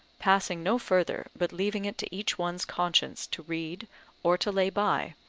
passing no further, but leaving it to each one's conscience to read or to lay by,